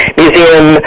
museum